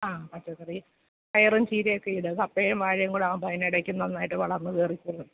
ആ പച്ചക്കറി പയറും ചീരയൊക്കെയിട് കപ്പയും വാഴയും കൂടെ ആവുമ്പം അതിനിടയ്ക്ക് നന്നായിട്ട് വളർന്ന് കയറിക്കോളും